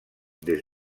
des